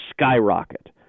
skyrocket